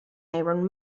iron